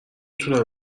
تونم